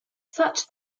such